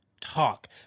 talk